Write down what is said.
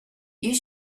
you